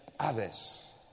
others